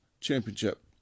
championship